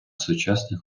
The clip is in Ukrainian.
сучасних